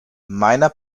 meiner